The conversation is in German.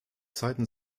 zeiten